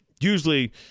usually